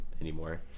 anymore